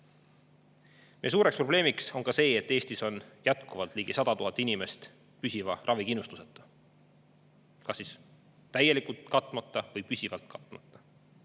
Meie suureks probleemiks on ka see, et Eestis on jätkuvalt ligi 100 000 inimest püsiva ravikindlustuseta, kas täielikult katmata või püsivalt katmata.